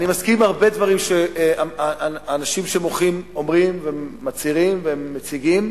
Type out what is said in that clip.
אני מסכים להרבה דברים שהאנשים שמוחים אומרים ומצהירים ומציגים.